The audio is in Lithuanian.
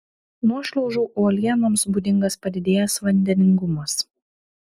nuošliaužų uolienoms būdingas padidėjęs vandeningumas